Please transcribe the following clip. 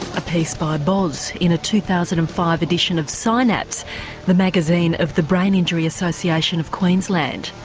a piece by boz in a two thousand and five edition of synapse, the magazine of the brain injury association of queensland